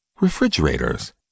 refrigerators